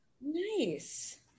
nice